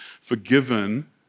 forgiven